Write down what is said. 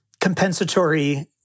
compensatory